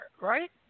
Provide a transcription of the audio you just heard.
right